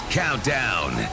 countdown